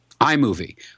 iMovie